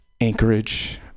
Anchorage